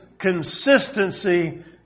consistency